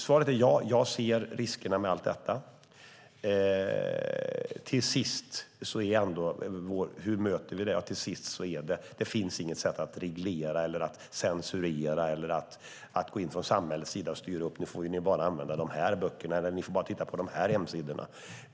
Svaret är: Ja, jag ser riskerna med allt detta. Hur möter vi detta? Det finns inget sätt att reglera, censurera eller styra upp det från samhällets sida och säga: Nu får ni bara använda de här böckerna eller bara titta på de här hemsidorna.